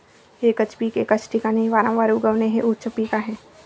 एकच पीक एकाच ठिकाणी वारंवार उगवणे हे उच्च पीक आहे